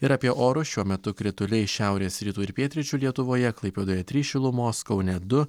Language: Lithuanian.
ir apie orus šiuo metu krituliai šiaurės rytų ir pietryčių lietuvoje klaipėdoje trys šilumos kaune du